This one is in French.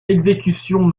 exécution